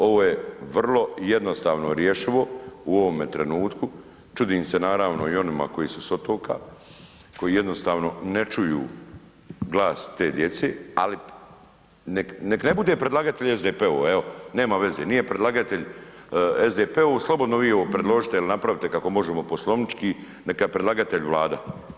Ovo je vrlo jednostavno rješivo u ovome trenutku, čudim se, naravno i onima koji su s otoka, koji jednostavno ne čuju glas te djece, ali neka ne bude predlagatelj SDP-u, evo, nema veze, nije predlagatelj SDP-u, slobodno vi ovo predložite ili napravite kako možemo poslovnički, neka je predlagatelj Vlada.